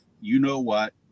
you-know-what